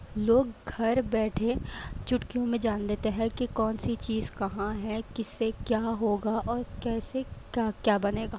لوگ گھر بیٹھے چٹکیوں میں جان لیتے ہیں کہ کون سی چیز کہاں ہے کس سے کیا ہوگا اور کیسے کا کیا بنے گا